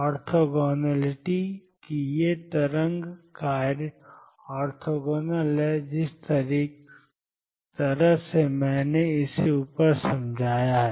orthogonality कि ये तरंग कार्य ऑर्थोगोनल हैं जिस तरह से मैंने इसे ऊपर समझाया है